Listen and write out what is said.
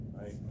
right